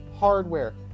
Hardware